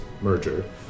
merger